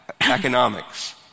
economics